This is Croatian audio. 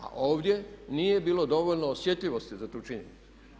A ovdje nije bilo dovoljno osjetljivosti za tu činjenicu.